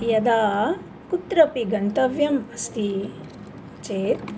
यदा कुत्रापि गन्तव्यम् अस्ति चेत्